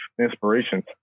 inspirations